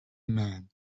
man